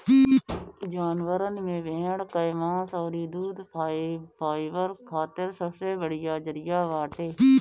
जानवरन में भेड़ कअ मांस अउरी दूध फाइबर खातिर सबसे बढ़िया जरिया बाटे